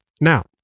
Now